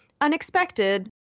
unexpected